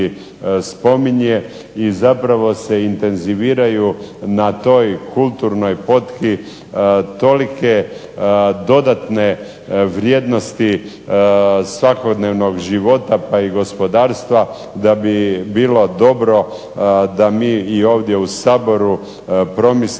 i zapravo se intenziviraju na toj kulturnoj potki tolike dodatne vrijednosti svakodnevnog života, pa i gospodarstva da bi bilo dobro da i mi ovdje u Saboru promislimo